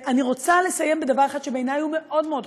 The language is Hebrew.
אני רוצה לסיים בדבר אחד שבעיני הוא מאוד מאוד חשוב.